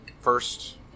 first